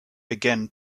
began